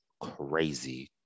crazy